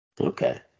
Okay